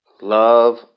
love